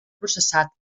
processat